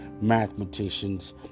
mathematicians